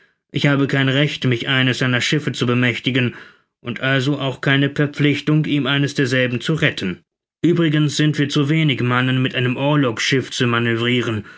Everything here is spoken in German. ich habe kein recht mich eines seiner schiffe zu bemächtigen und also auch keine verpflichtung ihm eines derselben zu retten uebrigens sind wir zu wenig mannen mit einem orlogschiff zu manövriren